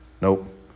nope